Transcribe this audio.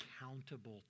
accountable